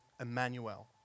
Emmanuel